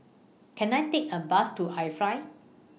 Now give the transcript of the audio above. Can I Take A Bus to IFly